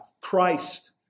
Christ